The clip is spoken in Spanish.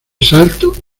salto